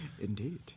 indeed